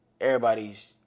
Everybody's